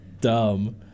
dumb